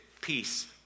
peace